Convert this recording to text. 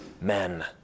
men